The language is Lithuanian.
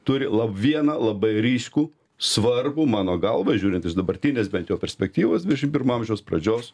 turi la vieną labai ryškų svarbų mano galva žiūrint iš dabartinės bent jau perspektyvos dvidešimt pirmo amžiaus pradžios